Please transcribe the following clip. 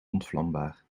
ontvlambaar